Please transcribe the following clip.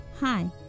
Hi